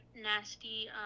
nasty